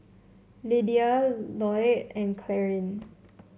Lyda Lloyd and Clarine